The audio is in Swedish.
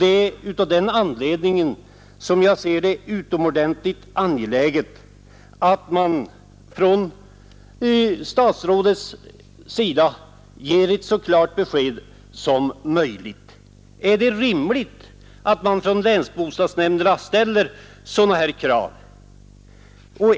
Det är av den anledningen som jag ser det som utomordentligt angeläget att statsrådet ger ett så klart besked som möjligt. Är det rimligt att länsbostadsnämnderna ställer sådana här krav?